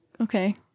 Okay